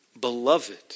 Beloved